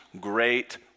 great